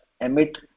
emit